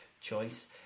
choice